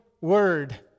word